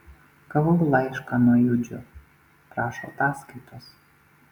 gavau laišką nuo judžio prašo ataskaitos